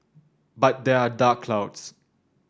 but there are dark clouds